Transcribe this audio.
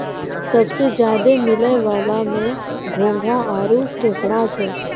सबसें ज्यादे मिलै वला में घोंघा आरो केकड़ा छै